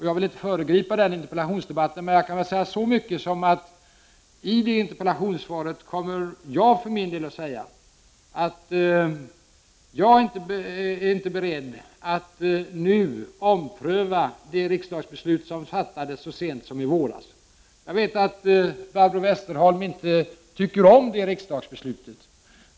Jag vill inte föregripa den interpellationsdebatten, men jag kan säga så mycket som att i svaret på interpellationen kommer jag för min del att säga att jag inte är beredd att nu ompröva det riksdagsbeslut som fattades så sent som i våras. Jag vet att Barbro Westerholm inte tycker om det riksdagsbeslutet.